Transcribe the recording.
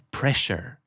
pressure